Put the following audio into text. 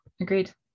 agreed